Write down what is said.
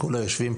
לכל היושבים,